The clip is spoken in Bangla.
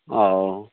ও